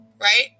Right